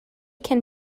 can